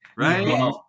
Right